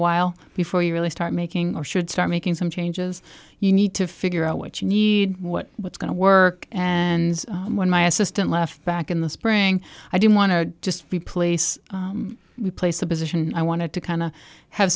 while before you really start making or should start making some changes you need to figure out what you need what what's going to work and when my assistant left back in the spring i didn't want to just replace the place a position i wanted to kind of have